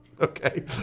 Okay